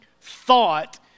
thought